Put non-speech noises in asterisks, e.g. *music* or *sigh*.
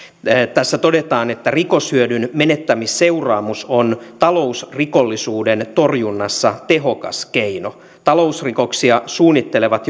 tässä todetaan että rikoshyödyn menettämisseuraamus on talousrikollisuuden torjunnassa tehokas keino talousrikoksia suunnittelevat *unintelligible*